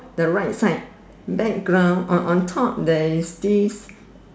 the right side back ground on on top there is this